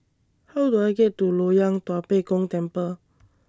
How Do I get to Loyang Tua Pek Kong Temple